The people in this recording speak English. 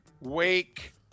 Wake